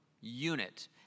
unit